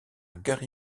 gary